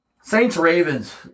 Saints-Ravens